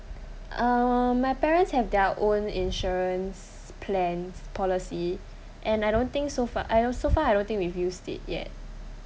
mmhmm my parents has their own insurance plans policy and I don't think so far so far I don't think we use it yet